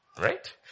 Right